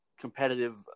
competitive